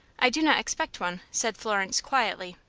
i do not expect one, said florence, quietly.